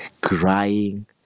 crying